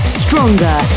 stronger